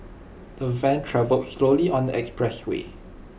the van travelled slowly on the expressway